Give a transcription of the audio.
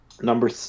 Number